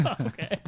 Okay